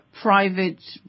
private